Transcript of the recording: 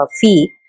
fee